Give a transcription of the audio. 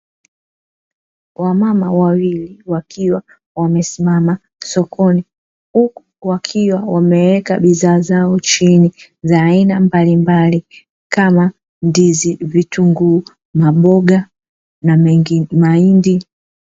Wamama wawili wakiwa wamesimama sokoni, huku wakiwa wameweka bidhaa zao chini, za aina mbalimbali kama ndizi, vitunguu, maboga na mahindi.